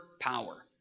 power